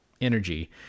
energy